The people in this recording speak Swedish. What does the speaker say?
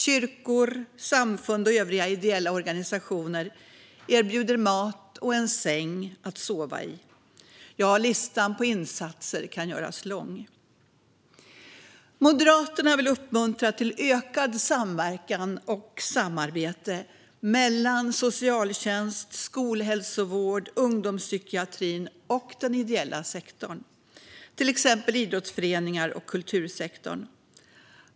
Kyrkor, samfund och övriga ideella organisationer erbjuder mat och en säng att sova i. Listan på insatser kan göras lång. Moderaterna vill uppmuntra till ökad samverkan och ökat samarbete mellan socialtjänsten, skolhälsovården, ungdomspsykiatrin och den ideella sektorn, till exempel idrottsföreningar och kultursektorn.